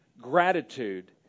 Gratitude